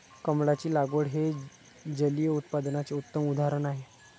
कमळाची लागवड हे जलिय उत्पादनाचे उत्तम उदाहरण आहे